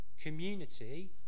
community